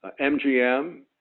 MGM